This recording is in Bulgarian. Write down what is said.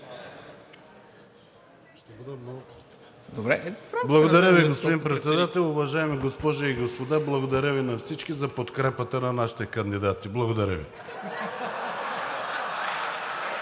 Благодаря Ви, господин Председател. Уважаеми госпожи и господа! Благодаря Ви на всички за подкрепата на нашите кандидати. Благодаря Ви.